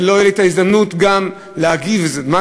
ולא תהיה לי ההזדמנות גם להגיב בזמן